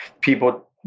people